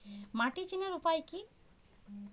মাটি চেনার উপায় কি?